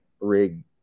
rig